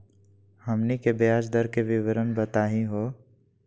हमनी के ब्याज दर के विवरण बताही हो?